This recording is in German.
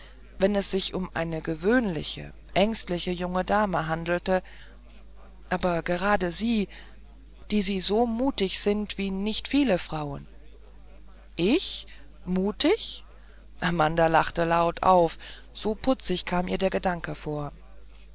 wenn es sich um eine gewöhnliche ängstliche junge dame handelte aber gerade sie die sie so mutig sind wie nicht viele frauen ich mutig amanda lachte laut auf so putzig kam ihr der gedanke vor